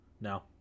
No